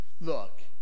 Look